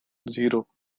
zero